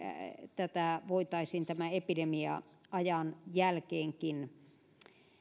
tätä voitaisiin tämän epidemia ajan jälkeenkin